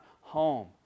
home